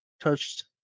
touched